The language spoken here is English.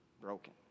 broken